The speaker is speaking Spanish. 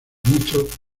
muchos